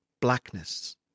blackness